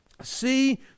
See